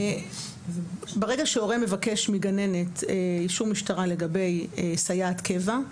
ברגע שהורה מבקש מגננת אישור משטרה לגבי סייעת קבע,